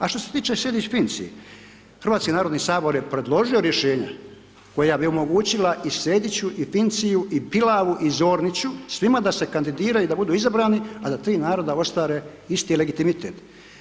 A što se tiče Sejdić Finci, Hrvatski narodni sabor je predložio rješenja koja bi omogućila i Sejdiću i Finciju i Pilavu i Zorniću svima da se kandidiraju i da budu izabrani, a da tri naroda ostvare isti legitimitet.